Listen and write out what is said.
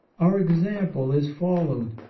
our example is followed.